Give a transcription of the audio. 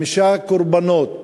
חמישה קורבנות,